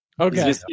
Okay